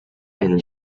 and